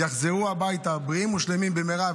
יחזרו הביתה בריאים ושלמים במהרה.